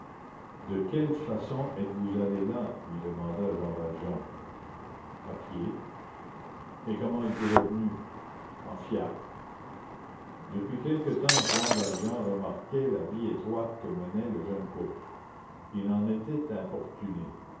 de quelle façon êtes-vous allés là lui demanda jean valjean à pied et comment êtes-vous revenus en fiacre depuis quelque temps jean valjean remarquait la vie étroite que menait le jeune couple il en était importuné